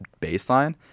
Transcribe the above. baseline